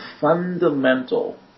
fundamental